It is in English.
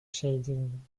shading